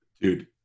Dude